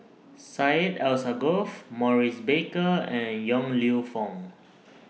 Syed Alsagoff Maurice Baker and Yong Lew Foong